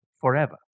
forever